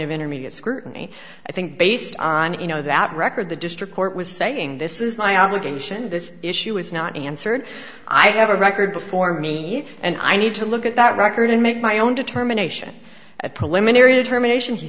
of intermediate scrutiny i think based on a no that record the district court was saying this is my obligation this issue is not answered i have a record before me and i need to look at that record and make my own determination at preliminary determination he